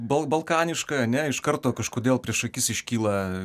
bal balkaniškąją ane iš karto kažkodėl prieš akis iškyla